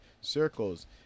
circles